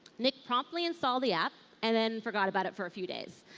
nick promptly installed the app and then forgot about it for a few days.